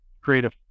creative